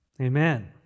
Amen